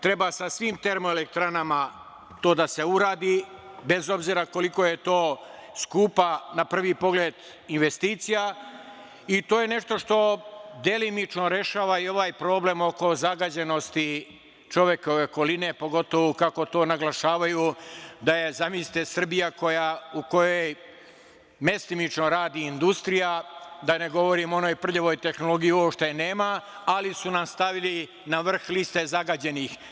Treba sa svim termoelektranama to da se uradi bez obzira koliko je to skupa na prvi pogled investicija i to je nešto što delimično rešava i ovaj problem oko zagađenosti čovekove okoline, pogotovo kako to naglašavaju da je Srbija, zamislite, u kojoj mestimično radi industrija, da ne govorim o onoj prljavoj tehnologiji što je nema, ali su nas stavili na vrh liste zagađenih.